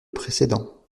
précédent